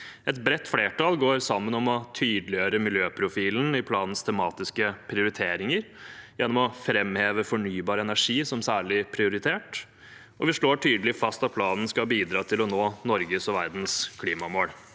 Et bredt flertall går sammen om å tydeliggjøre miljøprofilen i planens tematiske prioriteringer gjennom å framheve fornybar energi som særlig prioritert. Vi slår tydelig fast at planen skal bidra til å nå Norges og verdens klimamål.